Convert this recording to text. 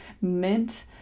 mint